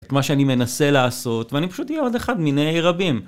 את מה שאני מנסה לעשות, ואני פשוט אהיה עוד אחד מיני רבים.